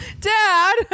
Dad